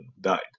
died